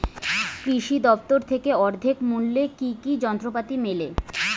কৃষি দফতর থেকে অর্ধেক মূল্য কি কি যন্ত্রপাতি মেলে?